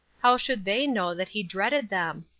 how should they know that he dreaded them?